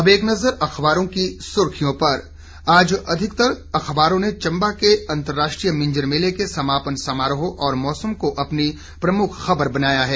अब एक नजर अखबारों की सुर्खियों पर आज अधिकतर अखबारों ने चम्बा के अंतर्राष्ट्रीय मिंजर मेले के समापन समारोह और मौसम को अपनी प्रमुख खबर बनाया है